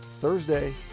Thursday